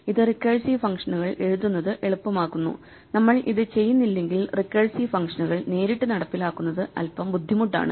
ഇത് റിക്കേഴ്സീവ് ഫംഗ്ഷനുകൾ എഴുതുന്നത് എളുപ്പമാക്കുന്നു നമ്മൾ ഇത് ചെയ്യുന്നില്ലെങ്കിൽ റിക്കേഴ്സീവ് ഫംഗ്ഷനുകൾ നേരിട്ട് നടപ്പിലാക്കുന്നത് അൽപ്പം ബുദ്ധിമുട്ടാണ്